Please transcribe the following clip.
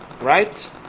right